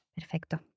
Perfecto